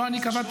לא אני קבעתי.